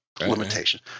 limitation